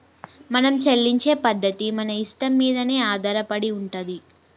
మనం చెల్లించే పద్ధతి మన ఇష్టం మీదనే ఆధారపడి ఉంటది